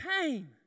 pain